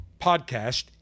podcast